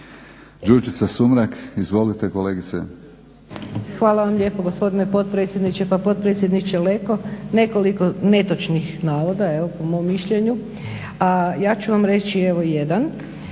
kolegice. **Sumrak, Đurđica (HDZ)** Hvala lijepo gospodine potpredsjedniče. Pa potpredsjedniče Leko nekoliko netočnih navoda jel po mom mišljenju a ja ću vam reći evo jedan.